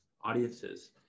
audiences